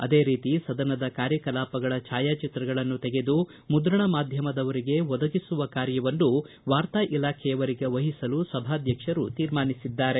ಅದೇ ರೀತಿ ಸದನದ ಕಾರ್ಯಕಲಾಪಗಳ ಭಾಯಾಚಿತ್ರಗಳನ್ನು ತೆಗೆದು ಮುದ್ರಣ ಮಾಧ್ವಮದವರಿಗೆ ಒದಗಿಸುವ ಕಾರ್ಯವನ್ನು ವಾರ್ತಾ ಇಲಾಖೆಯವರಿಗೆ ವಹಿಸಲು ಸಭಾಧ್ಯಕ್ಷರು ತೀರ್ಮಾನಿಸಿದ್ದಾರೆ